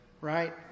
right